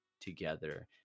together